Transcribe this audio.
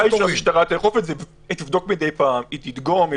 המשטרה תבדוק מדי פעם, תדגום.